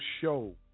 show